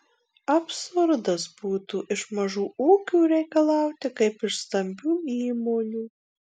absurdas būtų iš mažų ūkių reikalauti kaip iš stambių įmonių